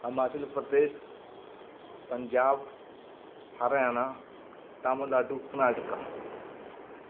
Himachal Pradesh Punjab Haryana Tamil Nadu Karnataka